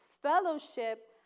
fellowship